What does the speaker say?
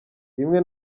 rimwe